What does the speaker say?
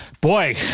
Boy